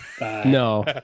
No